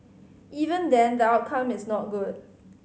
even then the outcome is not good